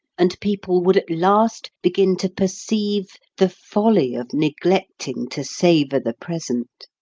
and people would at last begin to perceive the folly of neglecting to savour the present,